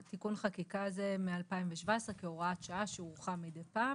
הזה מ-2017 כהוראת שעה שהוארכה מידי פעם.